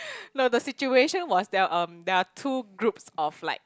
no the situation was there hmm there are two groups of like